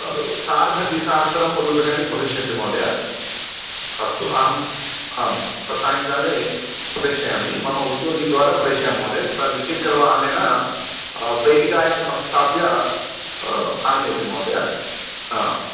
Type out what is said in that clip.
सार्ध द्विसहस्ररूप्यकाणि भविष्यन्ति महोदय अस्तु अहम् आम् सायङ्काले प्रेषयामि मम उद्योगीद्वारा प्रेष्यामि महोदय स द्विचक्रवाहनेन पेटिकायां संस्थाप्य आनयति महोदय आम्